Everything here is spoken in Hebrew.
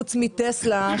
חוץ מ"טסלה",